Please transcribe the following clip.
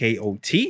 KOT